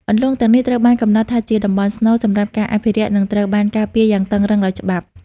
អន្លង់ទាំងនេះត្រូវបានកំណត់ថាជាតំបន់ស្នូល សម្រាប់ការអភិរក្ស និងត្រូវបានការពារយ៉ាងតឹងរ៉ឹងដោយច្បាប់។